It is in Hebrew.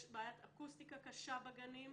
יש בעיית אקוסטיקה קשה בגנים,